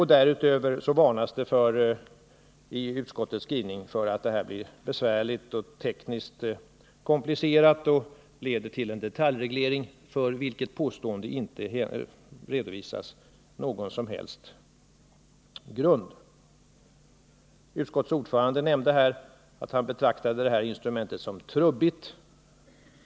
Vidare varnar man i utskottets skrivning för att en lagstiftning kan bli besvärlig och tekniskt komplicerad och leda till en detaljreglering. För detta påstående redovisas dock inte någon som helst grund. Utskottets ordförande nämnde här att han betraktade detta instrument såsom trubbigt.